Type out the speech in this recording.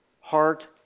heart